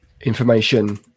information